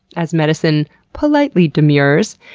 as medicine politely demurs,